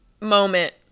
moment